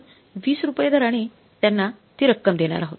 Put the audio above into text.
आपण 20 रुपये दराने त्यांना ती रक्कम देणार आहोत